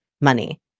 money